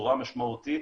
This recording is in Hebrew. בצורה משמעותית.